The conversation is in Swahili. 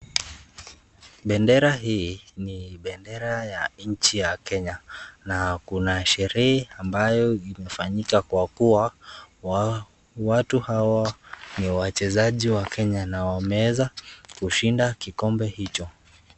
Bendera hii ni bendera ya nchi ya Kenya na kuna sherehe ambayo imefanyika kwa kuwa watu hawa ni wachezaji wa Kenya na wameweza kushinda kikombe hicho.